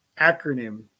acronym